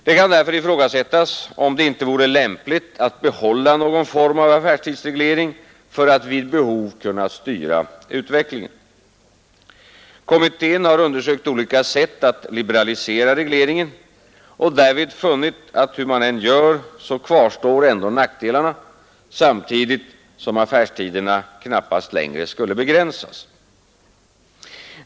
Det kan därför ifrågasättas om det inte vore lämpligt att behålla någon form av affärstidsreglering för att vid behov kunna styra utvecklingen. Kommittén har undersökt olika sätt att liberalisera regleringen och därvid funnit att hur man än gör så kvarstår ändå nackdelarna samtidigt som affärstiderna knappast längre skulle begränsas.